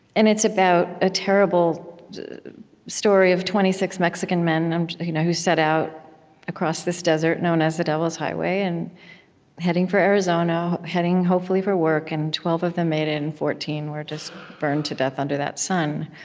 and it's about a terrible story of twenty six mexican men you know who set out across this desert known as the devil's highway, and heading for arizona, heading hopefully for work, and twelve of them made it, and fourteen were just burned to death under that sun.